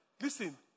listen